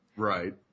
Right